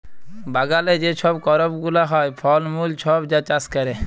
বাগালে যে ছব করপ গুলা হ্যয়, ফল মূল ছব যা চাষ ক্যরে